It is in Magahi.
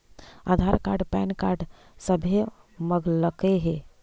आधार कार्ड पैन कार्ड सभे मगलके हे?